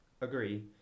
Agree